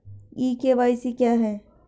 ई KYC क्या है?